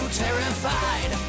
terrified